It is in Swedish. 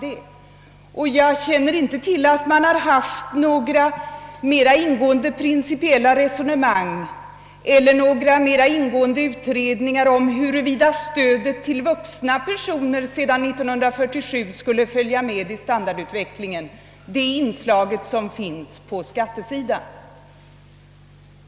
Jag känner inte till att det har förts några mer ingående principiella resonemang eller gjorts några mer ingående utredningar om huruvida stödet på skattesidan till vuxna personer skulle följa med i standardutvecklingen sedan 1947.